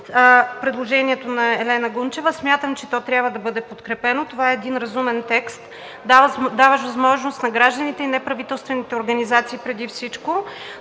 предложението на Елена Гунчева. Смятам, че то трябва да бъде подкрепено. Това е един разумен текст, даващ възможност на гражданите и неправителствените организации преди всичко